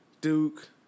Duke